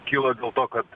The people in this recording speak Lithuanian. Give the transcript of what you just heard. kyla dėl to kad